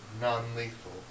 non-lethal